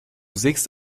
sägst